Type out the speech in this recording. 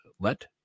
let